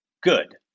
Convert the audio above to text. good